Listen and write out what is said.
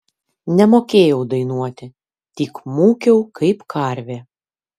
nemokėjau dainuoti tik mūkiau kaip karvė